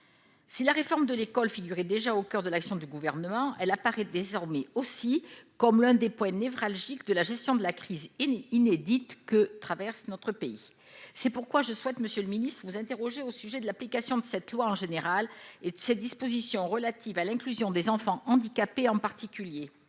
Si la réforme de l'école figurait déjà au coeur de l'action du Gouvernement, elle apparaît désormais aussi comme l'un des points névralgiques de la gestion de la crise inédite que traverse notre pays. C'est pourquoi je souhaite vous interroger au sujet de l'application de la loi pour une école de la confiance en général, et de ses dispositions relatives à l'inclusion des enfants handicapés, en particulier.